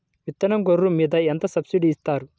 విత్తనం గొర్రు మీద ఎంత సబ్సిడీ ఇస్తారు?